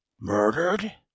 Murdered